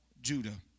Judah